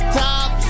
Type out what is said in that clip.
top